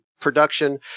production